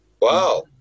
Wow